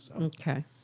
Okay